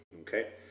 okay